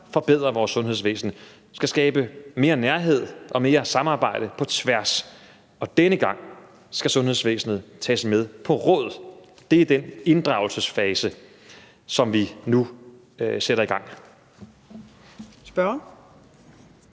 forbedre vores sundhedsvæsen strukturelt. Vi skal skabe mere nærhed og mere samarbejde på tværs, og denne gang skal sundhedsvæsenet tages med på råd. Det er den inddragelsesfase, som vi nu sætter i gang. Kl.